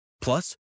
Plus